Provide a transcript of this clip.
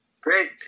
Great